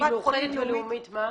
כי מאוחדת ולאומית, מה?